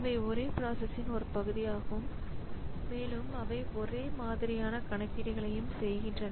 அவை ஒரே பிராசஸ்ன் ஒரு பகுதியாகும் மேலும் அவை ஒரே மாதிரியான கணக்கீடுகளையும் செய்கின்றன